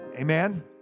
Amen